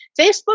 Facebook